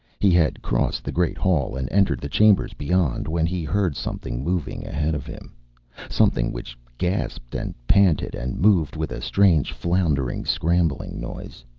he had crossed the great hall and entered the chambers beyond when he heard something moving ahead of him something which gasped and panted, and moved with a strange, floundering, scrambling noise.